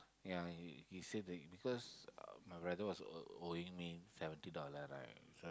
ya he he said that because my brother was owe owing me seventy dollar right